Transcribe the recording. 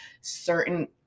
certain